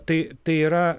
tai tai yra